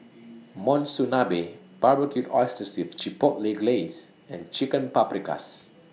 Monsunabe Barbecued Oysters with Chipotle Glaze and Chicken Paprikas